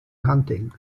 hunting